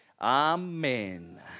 amen